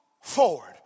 forward